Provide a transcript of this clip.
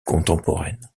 contemporaine